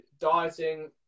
dieting